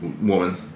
Woman